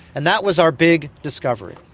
and that was our big discovery.